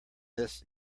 this